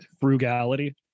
frugality